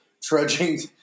trudging